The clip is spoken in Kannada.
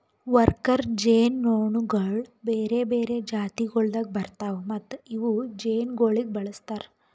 ವರ್ಕರ್ ಜೇನುನೊಣಗೊಳ್ ಬೇರೆ ಬೇರೆ ಜಾತಿಗೊಳ್ದಾಗ್ ಬರ್ತಾವ್ ಮತ್ತ ಇವು ಜೇನುಗೊಳಿಗ್ ಬಳಸ್ತಾರ್